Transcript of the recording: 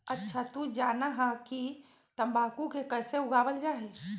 अच्छा तू जाना हीं कि तंबाकू के कैसे उगावल जा हई?